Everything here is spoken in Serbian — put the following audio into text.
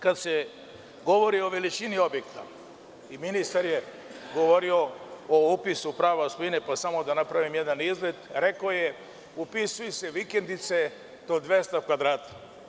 Kada se govori o veličini objekta, a ministar je govorio o upisu prava svojine, pa samo da napravim jedan mali izlet, rekao je – upisuju se vikendice do 200 kvadrata.